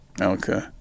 Okay